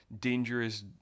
dangerous